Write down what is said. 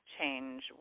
change